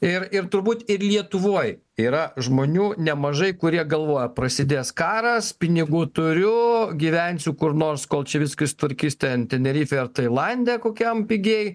ir ir turbūt ir lietuvoj yra žmonių nemažai kurie galvoja prasidės karas pinigų turiu gyvensiu kur nors kol čia viskas sutvarkys ten tenerifėj ar tailande kokiam pigiai